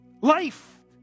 life